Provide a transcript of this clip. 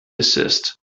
desist